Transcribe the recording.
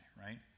right